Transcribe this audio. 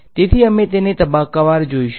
તેથી અમે તેને તબક્કાવાર જોઈશુ